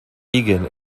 egan